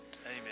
amen